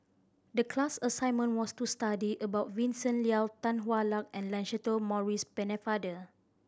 the class assignment was to study about Vincent Leow Tan Hwa Luck and Lancelot Maurice Pennefather